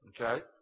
Okay